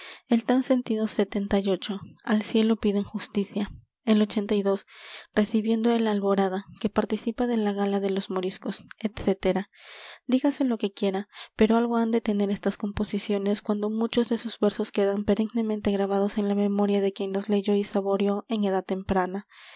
el tan sentido al cielo piden justicia el recibiendo el alborada que participa de la gala de los moriscos etc dígase lo que quiera pero algo han de tener estas composiciones cuando muchos de sus versos quedan perennemente grabados en la memoria de quien los leyó y saboreó en edad temprana